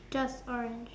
just orange